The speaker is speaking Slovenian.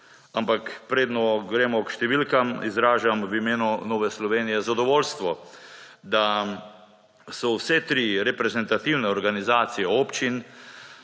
ampak preden gremo k številkam, izražam v imenu Nove Slovenije zadovoljstvo, da so vse tri reprezentativne organizacije občin,